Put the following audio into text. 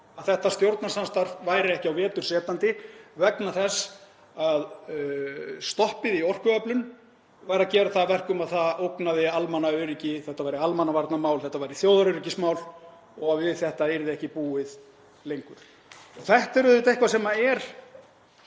að þetta stjórnarsamstarf væri ekki á vetur setjandi vegna þess að stoppið í orkuöflun væri að gera það að verkum að það ógnaði almannaöryggi, þetta væri almannavarnamál, þjóðaröryggismál og við þetta yrði ekki búið lengur. Staðan er náttúrlega sú að